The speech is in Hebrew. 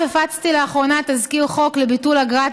הפצתי לאחרונה תזכיר חוק לביטול אגרת